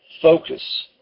focus